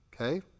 Okay